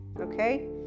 Okay